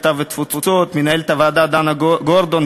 הקליטה והתפוצות: מנהלת הוועדה דנה גורדון,